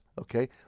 Okay